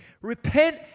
Repent